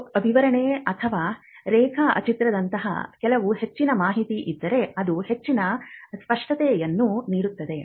ಒಂದು ವಿವರಣೆ ಅಥವಾ ರೇಖಾಚಿತ್ರದಂತಹ ಕೆಲವು ಹೆಚ್ಚಿನ ಮಾಹಿತಿ ಇದ್ದರೆ ಅದು ಹೆಚ್ಚಿನ ಸ್ಪಷ್ಟತೆಯನ್ನು ನೀಡುತ್ತದೆ